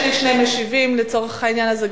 יש לי שני משיבים לצורך העניין הזה,